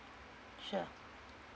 sure